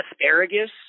asparagus